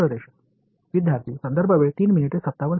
सरळ रेषा